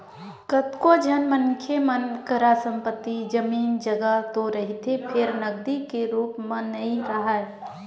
कतको झन मनखे मन करा संपत्ति, जमीन, जघा तो रहिथे फेर नगदी के रुप म नइ राहय